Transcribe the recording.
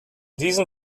diesem